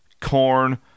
corn